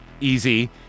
easy